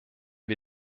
wir